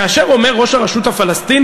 כאשר אומר ראש הרשות הפלסטינית,